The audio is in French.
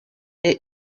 est